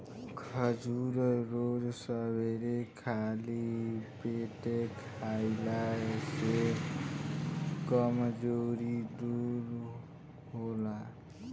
खजूर रोज सबेरे खाली पेटे खइला से कमज़ोरी दूर होला